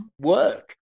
work